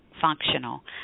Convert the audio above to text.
functional